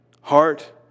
heart